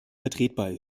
vertretbar